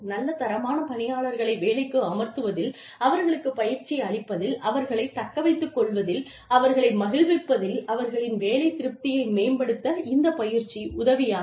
நல்ல தரமான பணியாளர்களை வேலைக்கு அமர்த்துவதில் அவர்களுக்குப் பயிற்சி அளிப்பதில் அவர்களைத் தக்கவைத்துக்கொள்வதில் அவர்களை மகிழ்விப்பதில் அவர்களின் வேலை திருப்தியை மேம்படுத்த இந்த பயிற்சி உதவியாக இருக்கும்